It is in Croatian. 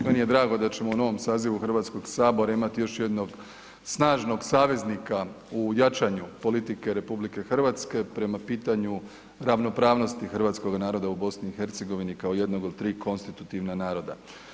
Meni je drago da ćemo u novom sazivu Hrvatskog sabora imati još jednog snažnog saveznika u jačanju politike RH prema pitanju ravnopravnosti hrvatskoga naroda u BiH kao jednog od tri konstitutivna naroda.